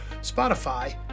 Spotify